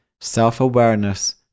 Self-awareness